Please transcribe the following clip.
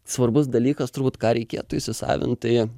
svarbus dalykas turbūt ką reikėtų įsisavint tai